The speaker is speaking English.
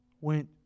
went